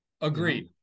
Agreed